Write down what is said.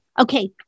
Okay